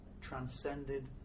transcended